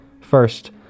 First